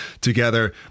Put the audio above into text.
together